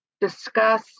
discuss